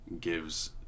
gives